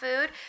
Food